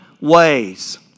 ways